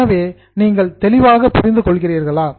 எனவே நீங்கள் தெளிவாக புரிந்து கொள்கிறீர்களா